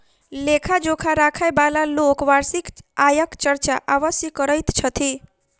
लेखा जोखा राखयबाला लोक वार्षिक आयक चर्चा अवश्य करैत छथि